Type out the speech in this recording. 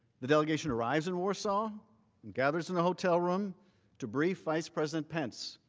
the delegation arrives in warsaw and gathers in a hotel room to brief vice president pence